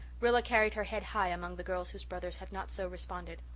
rilla carried her head high among the girls whose brothers had not so responded.